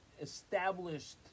established